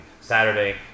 Saturday